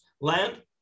land